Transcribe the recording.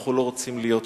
אנחנו לא רוצים להיות שם.